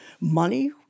money